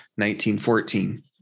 1914